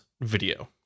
video